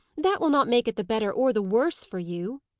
that will not make it the better or the worse for you.